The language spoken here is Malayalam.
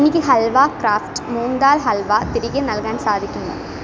എനിക്ക് ഹൽവ ക്രാഫ്റ്റ് മൂംഗ് ദാൽ ഹൽവ തിരികെ നൽകാൻ സാധിക്കുമോ